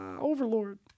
Overlord